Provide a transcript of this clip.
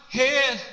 head